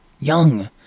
young